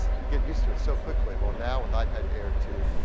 we get used to it so quickly. well now with ipad air two,